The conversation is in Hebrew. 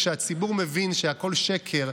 כשהציבור מבין שהכול שקר,